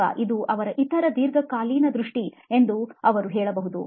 ಅಥವಾ ಇದು ಅವರ ಇತರ ದೀರ್ಘಕಾಲೀನ ದೃಷ್ಟಿ ಎಂದು ಅವರು ಹೇಳಬಹುದು